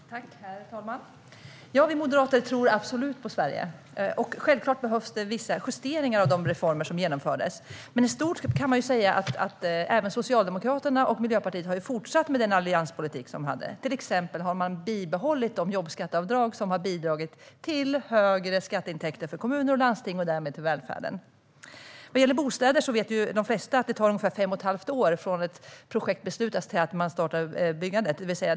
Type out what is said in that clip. Herr talman! Vi moderater tror absolut på Sverige. Självklart behövs vissa justeringar av de reformer som genomfördes. Men även Socialdemokraterna och Miljöpartiet har fortsatt med Alliansens politik. De har exempelvis bibehållit de jobbskatteavdrag som har bidragit till högre skatteintäkter till kommuner och landsting och därmed till välfärden. När det gäller bostäder vet de flesta att det tar ungefär fem och ett halvt år från att man beslutar om ett projekt till dess att byggandet startar.